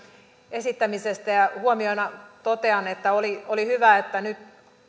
esittämisestä huomiona totean että oli oli hyvä että nyt